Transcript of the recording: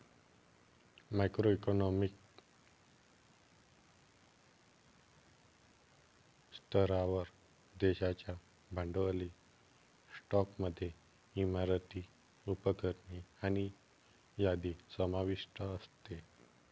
macro economic स्तरावर, देशाच्या भांडवली स्टॉकमध्ये इमारती, उपकरणे आणि यादी समाविष्ट असते